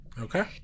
okay